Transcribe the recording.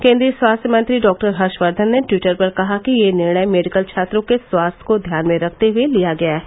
केंद्रीय स्वास्थ्य मंत्री डॉक्टर हर्षवर्धन ने ट्वीटर पर कहा कि यह निर्णय मेडिकल छात्रों के स्वास्थ्य को ध्यान में रखते हुए लिया गया है